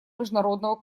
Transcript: международного